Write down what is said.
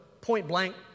point-blank